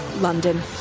London